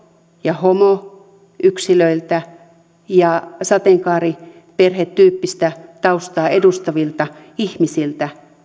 ja homoyksilöiltä ja sateenkaariperhetyyppistä taustaa edustavilta ihmisiltä